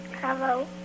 Hello